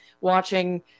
watching